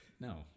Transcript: No